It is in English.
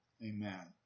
Amen